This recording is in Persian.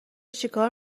چیکار